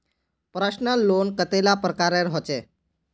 Personal loan कतेला प्रकारेर होचे?